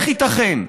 איך ייתכן?